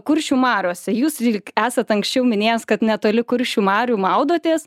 kuršių mariose jūs lyg esat anksčiau minėjęs kad netoli kuršių marių maudotės